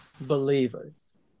believers